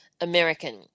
american